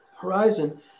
horizon